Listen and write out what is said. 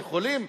של חולים,